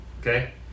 Okay